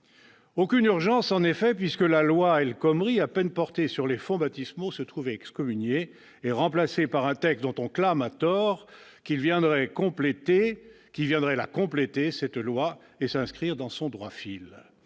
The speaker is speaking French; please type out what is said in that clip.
aucune urgence en effet, puisque la loi El Khomri, à peine portée sur les fonts baptismaux, se trouve excommuniée et remplacée par un texte dont on clame à tort qu'il la compléterait et s'inscrirait dans son droit fil.